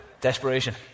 Desperation